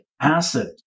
acid